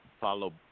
follow